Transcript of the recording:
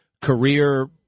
career